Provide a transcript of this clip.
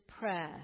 prayer